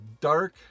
dark